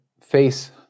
face